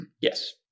Yes